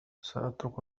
سأترك